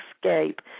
escape